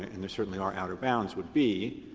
and there certainly are outer bounds, would be,